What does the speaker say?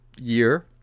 year